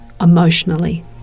emotionally